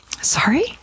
Sorry